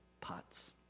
pots